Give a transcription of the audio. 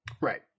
Right